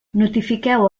notifiqueu